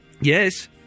Yes